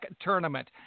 tournament